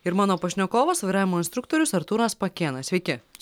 ir mano pašnekovas vairavimo instruktorius artūras pakėnas sveiki